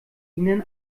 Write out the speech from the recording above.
ihnen